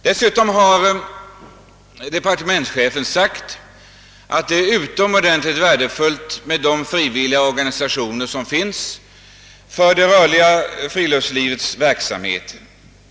Dessutom har departementschefen uttalat att de frivilliga organisationer som finns för det rörliga friluftslivets verksamhet är utomordentligt värdefulla.